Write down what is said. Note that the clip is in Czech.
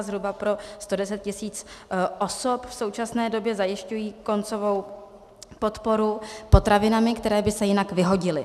Zhruba pro 110 tis. osob v současné době zajišťují koncovou podporu potravinami, které by se jinak vyhodily.